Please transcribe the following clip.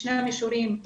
בשני המישורים,